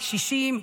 קשישים,